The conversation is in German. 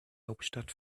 hauptstadt